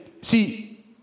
See